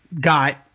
got